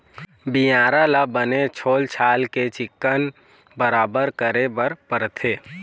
बियारा ल बने छोल छाल के चिक्कन बराबर करे बर परथे